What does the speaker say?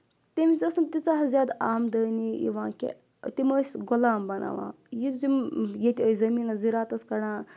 تٔمِس ٲس نہٕ تیٖژاہ زیادٕ آمدٲنی یِوان کہِ تِم ٲسۍ غلام بَناوان یُس زِم ییٚتہِ ٲسۍ زٔمیٖنَس ذِراتَس کَڑان